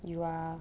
you are